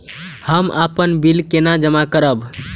हम अपन बिल केना जमा करब?